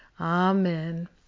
Amen